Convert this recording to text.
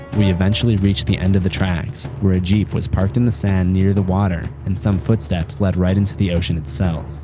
we eventually reached the end of the tracks, where a jeep was parked in the sand near the water and some footsteps led right into to the ocean itself.